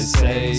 say